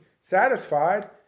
satisfied